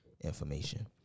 information